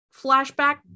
flashback